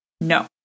No